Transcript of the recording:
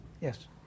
Yes